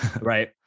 right